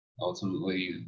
ultimately